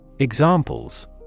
Examples